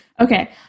Okay